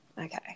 Okay